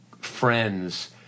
Friends